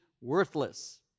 worthless